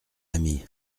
amis